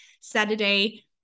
Saturday